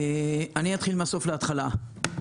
אני אתחיל מהסוף להתחלה.